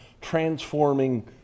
Transforming